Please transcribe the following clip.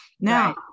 now